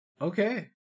Okay